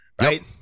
right